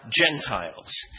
Gentiles